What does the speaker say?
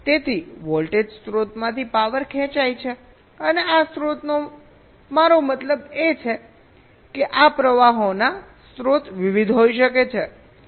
તેથી વોલ્ટેજ સ્રોતમાંથી પાવર ખેંચાય છે અને આ સ્રોતનો મારો મતલબ છે કે આ પ્રવાહોના સ્ત્રોત વિવિધ હોઈ શકે છે